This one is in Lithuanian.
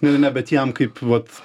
ne ne ne bet jam kaip vat